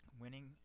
winning